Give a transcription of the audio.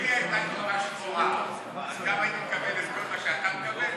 אם לי הייתה כיפה שחורה אז גם הייתי מקבל את כל מה שאתה מקבל?